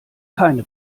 keine